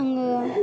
आङो